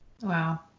Wow